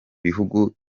bihugu